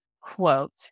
quote